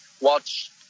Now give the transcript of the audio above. Watch